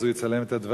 אז הוא יצלם את הדברים,